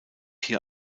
hier